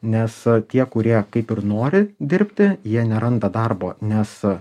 nes tie kurie kaip ir nori dirbti jie neranda darbo nes